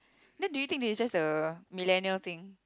then do you think this is just a millennial thing